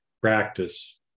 practice